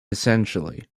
essentially